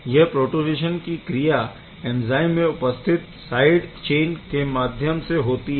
यह प्रोटोनेशन की क्रिया एंज़ाइम में उपस्थित साइड चेन के माध्यम से होती है